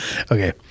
Okay